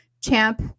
champ